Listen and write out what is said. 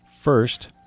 first